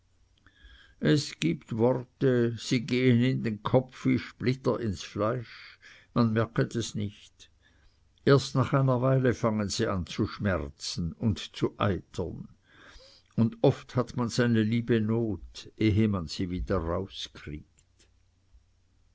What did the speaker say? es gibt worte sie gehen in den kopf wie splitter ins fleisch man merket es nicht erst nach einer weile fangen sie an zu schmerzen und zu eitern und oft hat man seine liebe not ehe man sie wieder rauskriegt